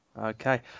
Okay